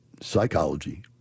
psychology